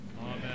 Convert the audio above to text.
Amen